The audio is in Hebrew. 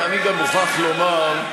אני גם מוכרח לומר,